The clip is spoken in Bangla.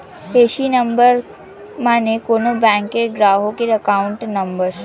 এ.সি নাম্বার মানে কোন ব্যাংকের গ্রাহকের অ্যাকাউন্ট নম্বর